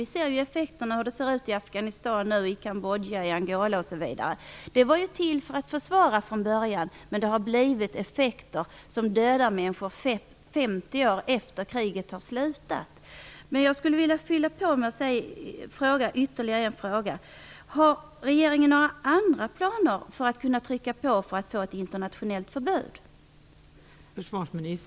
Vi ser effekterna i Afghanistan, Kambodja, Angola osv. Minorna användes från början till att försvara, men det har gett sådana effekter att människor dödas flera år efter det att kriget har slutat.